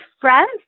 friends